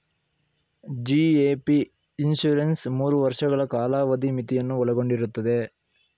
GAP insurance ಮೂರು ವರ್ಷಗಳ ಕಾಲಾವಧಿ ಮಿತಿಯನ್ನು ಒಳಗೊಂಡಿರುತ್ತದೆ